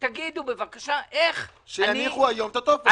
תגידו, בבקשה, איך -- שיניחו היום את הטופס.